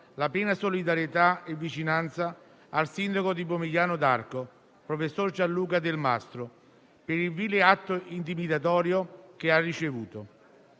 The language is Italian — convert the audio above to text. la piena solidarietà e vicinanza al sindaco di Pomigliano d'Arco, professor Gianluca Del Mastro, per il vile atto intimidatorio che ha ricevuto.